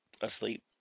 asleep